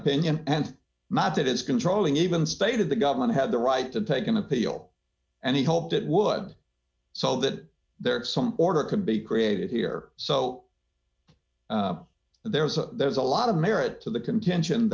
opinion and not that is controlling even stated the government had the right to take an appeal and he hoped it would so that there is some order can be created here so there's a there's a lot of merit to the contention